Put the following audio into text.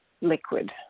liquid